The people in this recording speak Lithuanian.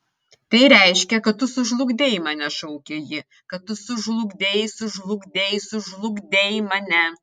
tai reiškia kad tu sužlugdei mane šaukė ji kad tu sužlugdei sužlugdei sužlugdei mane